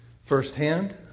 firsthand